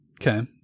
Okay